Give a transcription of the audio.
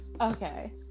Okay